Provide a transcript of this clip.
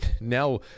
now